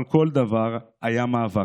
אבל כל דבר היה מאבק,